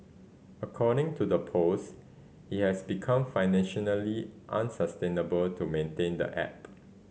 according to the post it has become financially unsustainable to maintain the app